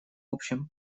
общем